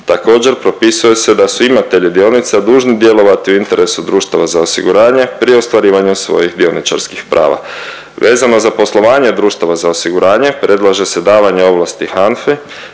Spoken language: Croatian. Također propisuje se da su imatelji dionica dužni djelovati u interesu društava za osiguranje pri ostvarivanju svojih dioničarskih prava. Vezano za poslovanje društava za osiguranje, predlaže se davanje ovlasti HANFA-e,